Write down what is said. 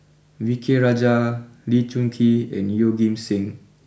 V K Rajah Lee Choon Kee and Yeoh Ghim Seng